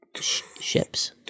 Ships